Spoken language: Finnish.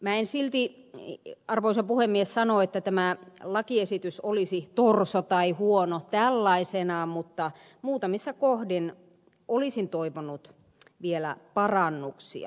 en silti arvoisa puhemies sano että tämä lakiesitys olisi torso tai huono tällaisenaan mutta muutamissa kohdin olisin toivonut vielä parannuksia